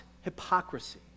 hypocrisy